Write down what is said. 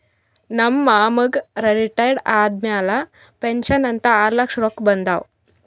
ನಮ್ ಮಾಮಾಗ್ ರಿಟೈರ್ ಆದಮ್ಯಾಲ ಪೆನ್ಷನ್ ಅಂತ್ ಆರ್ಲಕ್ಷ ರೊಕ್ಕಾ ಬಂದಾವ್